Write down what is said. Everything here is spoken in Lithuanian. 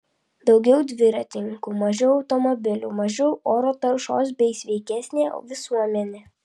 daugiau dviratininkų mažiau automobilių mažiau oro taršos bei sveikesnė visuomenė